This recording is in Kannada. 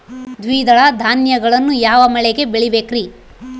ದ್ವಿದಳ ಧಾನ್ಯಗಳನ್ನು ಯಾವ ಮಳೆಗೆ ಬೆಳಿಬೇಕ್ರಿ?